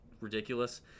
ridiculous